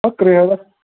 ꯍꯥ ꯀꯔꯤ ꯍꯥꯏꯕ